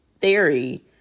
theory